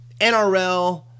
NRL